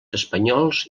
espanyols